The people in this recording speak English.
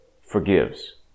forgives